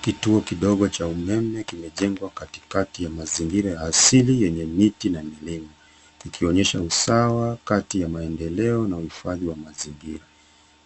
Kituo kidogo cha umeme kimejengwa katikati ya mazingira ya asili yenye miti na milima ikionyesha usawa kati ya maendeleo na uhifadhi wa mazingira.